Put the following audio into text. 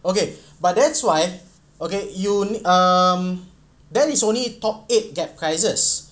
okay but that's why okay you um then it's only top eight get prizes